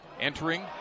Entering